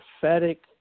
prophetic